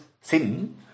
sin